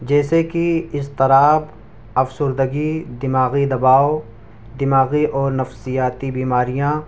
جیسے کہ اضطراب افسردگی دماغی دباؤ دماغی اور نفسیاتی بیماریاں